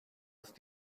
ist